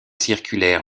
circulaire